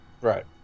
Right